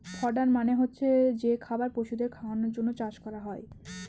fodder মানে হচ্ছে যে খাবার পশুদের খাওয়ানোর জন্য চাষ করা হয়